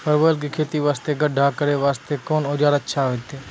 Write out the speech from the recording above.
परवल के खेती वास्ते गड्ढा करे वास्ते कोंन औजार अच्छा होइतै?